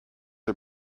are